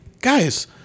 guys